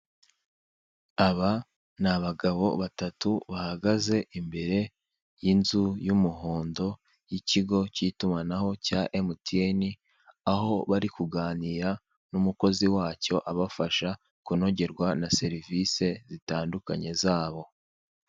Aba ni abagabo batatu, bahagaze imbere y'inzu y'umuhondo y'ikigo cy'itumanaho cya emutiyeni; aho bari kuganira n'umukozi wacyo, abafasha kunogerwa na serivise zitandukanye zabo.